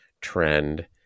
trend